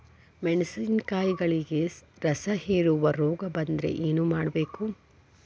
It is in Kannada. ಮೆಣಸಿನಕಾಯಿಗಳಿಗೆ ರಸಹೇರುವ ರೋಗ ಬಂದರೆ ಏನು ಮಾಡಬೇಕು?